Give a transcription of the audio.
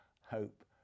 hope